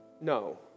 No